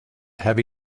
heavy